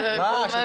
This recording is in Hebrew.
דברים